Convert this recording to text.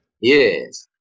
yes